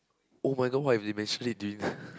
[oh]-my-god what if they mention it during the